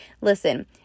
Listen